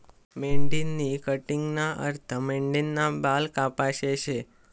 मेंढीनी कटिंगना अर्थ मेंढीना बाल कापाशे शे